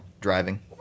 Driving